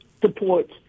supports